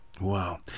Wow